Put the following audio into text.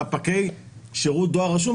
ספקי שירות דואר רשום,